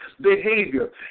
behavior